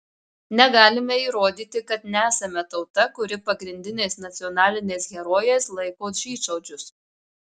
negalime įrodyti kad nesame tauta kuri pagrindiniais nacionaliniais herojais laiko žydšaudžius